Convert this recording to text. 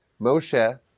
Moshe